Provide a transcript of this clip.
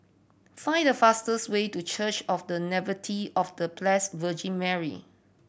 find the fastest way to Church of The Nativity of The Blessed Virgin Mary